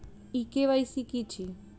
ई KYC की अछि?